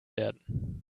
werden